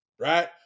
right